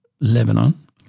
Lebanon